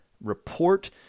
report